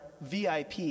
VIP